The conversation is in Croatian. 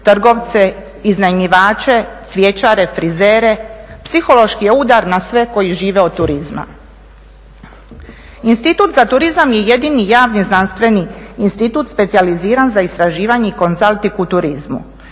trgovce, iznajmljivače, cvjećare, frizere" psihološki je udar na sve koji žive od turizma. Institut za turizam je jedini javni znanstveni institut specijaliziran za istraživanje i konzaltiku u turizmu,